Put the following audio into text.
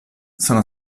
sono